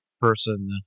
person